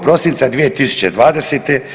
Prosinca 2020.